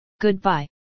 Goodbye